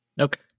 Okay